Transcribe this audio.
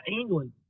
England